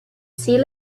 sea